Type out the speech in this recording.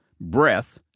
breath